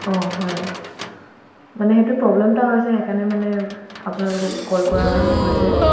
অঁ হয় মানে সেইটো প্ৰব্লেম এটা হৈছে সেইকাৰণে মানে আপোনালোকক কল কৰা হৈছে